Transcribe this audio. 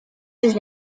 his